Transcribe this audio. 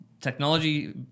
Technology